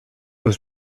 was